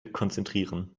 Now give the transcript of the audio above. konzentrieren